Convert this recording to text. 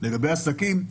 לגבי העסקים?